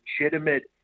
legitimate